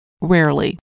Rarely